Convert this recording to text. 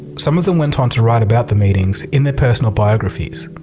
some of them went on to write about the meetings in their personal biographies.